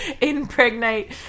impregnate –